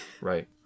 Right